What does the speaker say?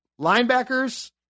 linebackers